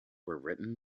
written